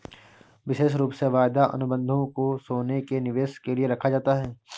विशेष रूप से वायदा अनुबन्धों को सोने के निवेश के लिये रखा जाता है